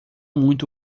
muito